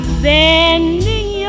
bending